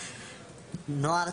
נוער,